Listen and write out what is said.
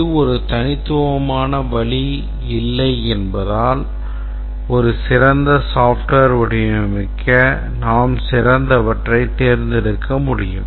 இது ஒரு தனித்துவமான வழி இல்லை என்பதால் ஒரு சிறந்த software வடிவமைக்க நாம் சிறந்தவற்றை தேர்ந்து எடுக்க முடியும்